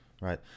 right